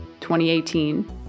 2018